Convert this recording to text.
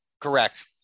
Correct